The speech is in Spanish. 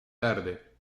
tarde